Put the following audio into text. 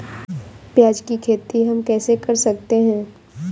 प्याज की खेती हम कैसे कर सकते हैं?